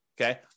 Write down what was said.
okay